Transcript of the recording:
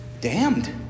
damned